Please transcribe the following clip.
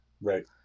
Right